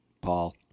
Paul